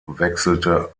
wechselte